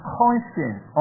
conscience